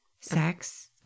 sex